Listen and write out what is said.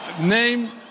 name